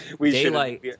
Daylight